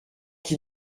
qui